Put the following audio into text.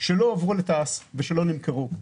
שלא הועברו לתע"ש ושלא נמכרו.